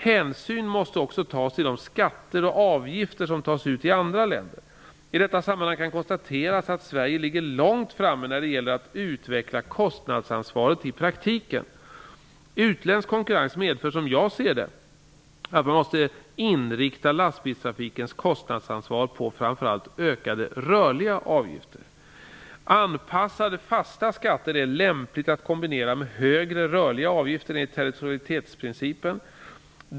Hänsyn måste också tas till de skatter och avgifter som tas ut i andra länder. I detta sammanhang kan konstateras att Sverige ligger långt framme när det gäller att utveckla kostnadsansvaret i praktiken. Utländsk konkurrens medför, som jag ser det, att man måste inrikta lastbilstrafikens kostnadsansvar på framför allt ökade rörliga avgifter. Anpassade fasta skatter är det lämpligt att kombinera med högre rörliga avgifter enligt territorialitetsprincipen.